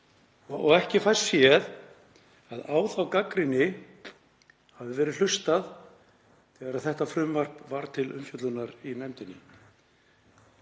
og ekki fæst séð að á þá gagnrýni hafi verið hlustað þegar þetta frumvarp var til umfjöllunar í nefndinni.